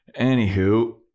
Anywho